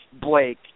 Blake